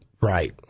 Right